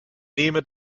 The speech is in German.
nehme